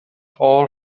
all